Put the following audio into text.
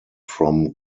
from